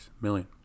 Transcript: million